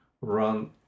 run